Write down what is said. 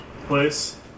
place